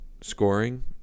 scoring –